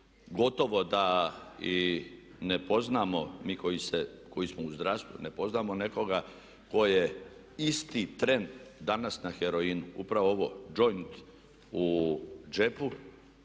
Gotovo da i ne poznajemo, mi koji smo u zdravstvu ne poznajemo nekoga tko je isti tren danas na heroinu. Upravo ovo džoint u džepu